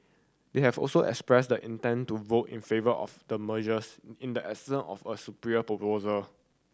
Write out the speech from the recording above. they have also expressed the intent to vote in favour of the mergers in the absence of a superior proposal